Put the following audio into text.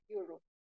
Europe